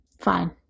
Fine